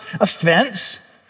offense